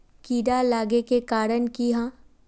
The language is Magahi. कीड़ा लागे के कारण की हाँ?